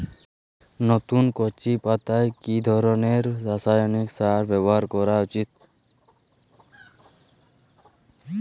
নতুন কচি পাতায় কি ধরণের রাসায়নিক সার ব্যবহার করা উচিৎ?